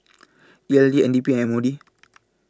E L D N D P and M O D